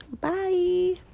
bye